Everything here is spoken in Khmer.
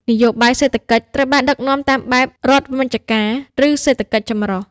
នយោបាយសេដ្ឋកិច្ចត្រូវបានដឹកនាំតាមបែប "រដ្ឋមជ្ឈការ" ឬសេដ្ឋកិច្ចចម្រុះ។